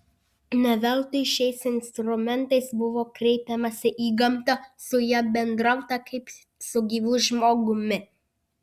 ne veltui šiais instrumentais buvo kreipiamasi į gamtą su ja bendrauta kaip su gyvu žmogumi